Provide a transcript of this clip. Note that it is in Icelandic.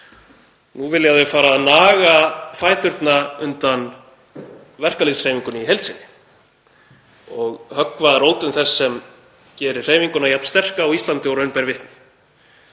Nú vilja þau fara að naga fæturna undan verkalýðshreyfingunni í heild sinni og höggva að rótum þess sem gerir hreyfinguna jafn sterka á Íslandi og raun ber vitni.